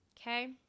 okay